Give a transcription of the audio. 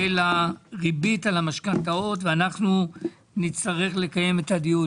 הריבית על המשכנתאות ואנחנו נצטרך לקיים את הדיון.